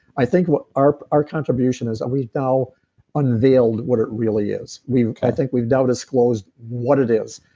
i think what our our contribution is, and we've now unveiled what it really is, we've. i think we've now disclosed what it is,